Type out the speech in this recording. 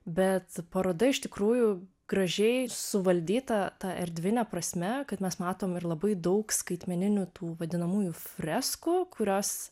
bet paroda iš tikrųjų gražiai suvaldyta ta erdvine prasme kad mes matom ir labai daug skaitmeninių tų vadinamųjų freskų kurios